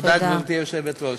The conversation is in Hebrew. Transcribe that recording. תודה, גברתי היושבת-ראש.